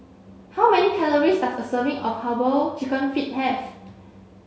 how many calories does a serving of herbal chicken feet have